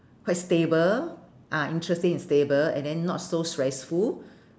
quite stable ah interesting and stable and then not so stressful